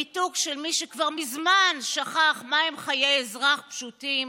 ניתוק של מי שכבר מזמן שכח מהם חיי אזרח פשוטים,